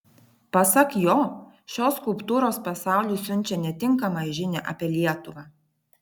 pasak jo šios skulptūros pasauliui siunčia netinkamą žinią apie lietuvą